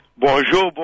Bonjour